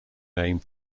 name